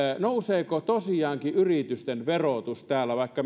nouseeko tosiaankin yritysten verotus täällä vaikka